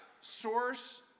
source